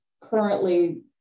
currently